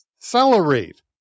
Accelerate